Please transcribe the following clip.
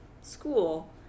school